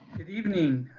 good evening,